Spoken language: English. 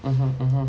mmhmm mmhmm